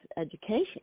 education